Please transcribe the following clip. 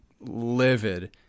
livid